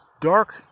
dark